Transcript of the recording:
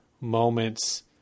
moments